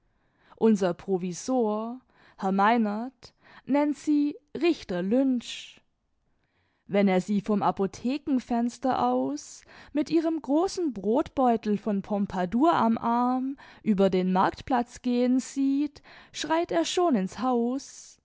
unser provisor herr meinert nennt sie richter lynch wenn er sie vom apothekenfenster aus mit ihrem großen brotbeutel von pompadour am arm über den marktplatz gehen sieht schreit er schon ins haus